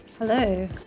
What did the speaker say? Hello